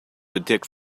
detect